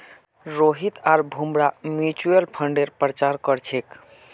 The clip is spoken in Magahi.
रोहित आर भूमरा म्यूच्यूअल फंडेर प्रचार कर छेक